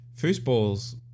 Foosballs